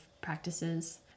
practices